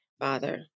Father